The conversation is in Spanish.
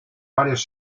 varios